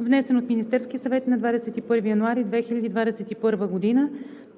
внесен от Министерския съвет на 21 януари 2021 г.